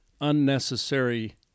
unnecessary